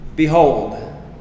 Behold